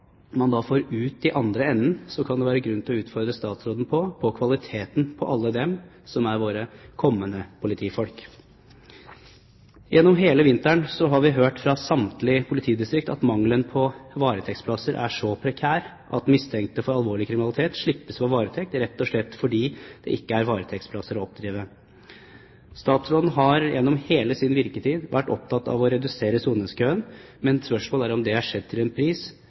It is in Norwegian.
man får ut i andre enden, kan det være grunn til å utfordre statsråden på kvaliteten på alle dem som er våre kommende politifolk. Gjennom hele vinteren har vi hørt fra samtlige politidistrikter at mangelen på varetektsplasser er så prekær at mistenkte for alvorlig kriminalitet slippes fra varetekt, rett og slett fordi det ikke er varetektsplasser å oppdrive. Statsråden har gjennom hele sin virketid vært opptatt av å redusere soningskøen, men spørsmålet er om det er skjedd til en pris